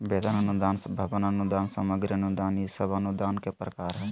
वेतन अनुदान, भवन अनुदान, सामग्री अनुदान ई सब अनुदान के प्रकार हय